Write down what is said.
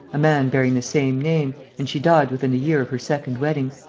a man bearing the same name, and she died within a year of her second wedding.